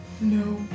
No